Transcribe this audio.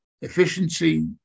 efficiency